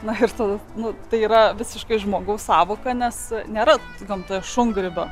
na ir tada nu tai yra visiškai žmogaus sąvoka nes nėra gamtoje šungrybio